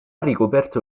ricoperto